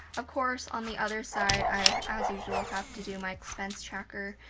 of course, on the other side, i as usual have to do my expense tracker.